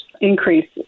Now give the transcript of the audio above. increase